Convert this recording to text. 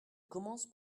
commence